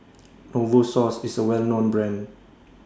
Novosource IS A Well known Brand